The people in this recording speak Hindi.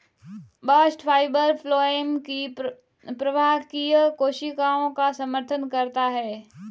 बास्ट फाइबर फ्लोएम की प्रवाहकीय कोशिकाओं का समर्थन करता है